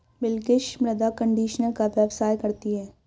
बिलकिश मृदा कंडीशनर का व्यवसाय करती है